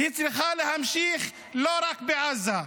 צריכה להמשיך לא רק בעזה.